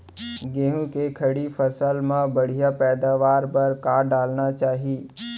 गेहूँ के खड़ी फसल मा बढ़िया पैदावार बर का डालना चाही?